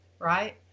right